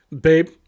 Babe